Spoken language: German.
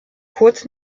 kurz